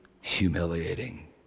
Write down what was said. humiliating